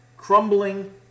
Crumbling